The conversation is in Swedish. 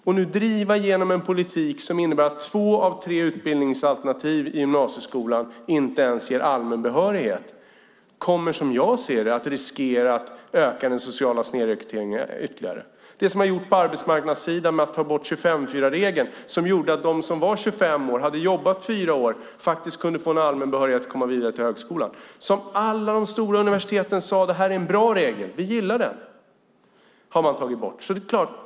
Att driva igenom en politik som innebär att två av tre utbildningsalternativ i gymnasieskolan inte ens ger allmän behörighet kommer, som jag ser det, att riskera att öka den sociala snedrekryteringen ytterligare. Det man har gjort på arbetsmarknadssidan är att man tagit bort 25:4-regeln som gjorde att de som var 25 år och hade jobbat fyra år kunde få en allmän behörighet att komma vidare till högskolan. Alla de stora universiteten sade att det var en bra regel, vi gillar den. Den har man tagit bort.